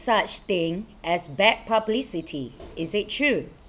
such thing as bad publicity is it true